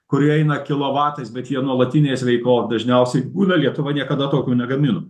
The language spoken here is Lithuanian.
kurie eina kilovatais bet jie nuolatinės veikos dažniausiai būna lietuva niekada tokių negamino